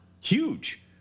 huge